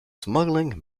smuggling